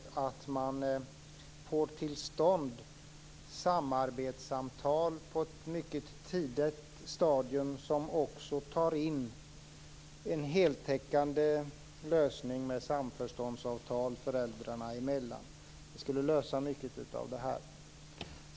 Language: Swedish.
Vi vill att man får till stånd samarbetssamtal på ett mycket tidigt stadium som också tar in en heltäckande lösning med samförståndsavtal föräldrarna emellan. Det skulle lösa mycket av det här.